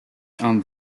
and